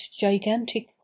gigantic